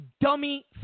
dummy